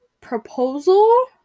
proposal